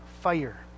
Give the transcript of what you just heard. fire